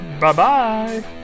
Bye-bye